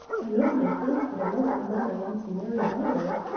i love my friends, but i love the man i am to marry, better.